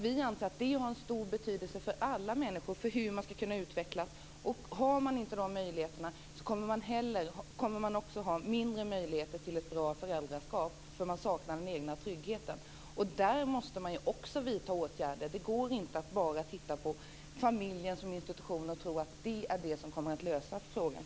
Vi anser att detta har stor betydelse för att alla människor skall kunna utvecklas. Har man inte dessa möjligheter kommer man också att ha mindre möjligheter till ett bra föräldraskap, eftersom man saknar den egna tryggheten. Här måste vi också vidta åtgärder. Det räcker inte att bara titta på familjen som institution och tro att det kommer att lösa frågan.